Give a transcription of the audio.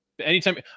Anytime